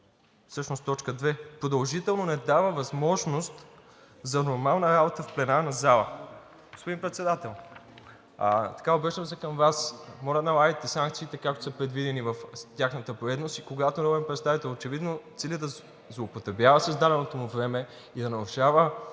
всъщност т. 2: „…продължително не дава възможност за нормална работа в пленарна зала.“ Господин Председател, обръщам се към Вас, моля, налагайте санкциите, както са предвидени в тяхната поредност, и когато народен представител очевидно цели да злоупотребява с даденото му време и нарушава